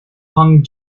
hang